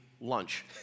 lunch